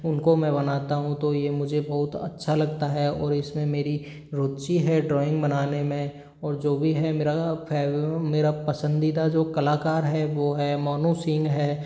उनको मैं बनाता हूँ तो ये मुझे बहुत अच्छा लगता है और इसमें मेरी रूचि है ड्रॉइंग बनाने में और जो भी है मेरा फ़ैव मेरा पसंदीदा जो कलाकार है वो है मोनू सिंह है